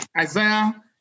Isaiah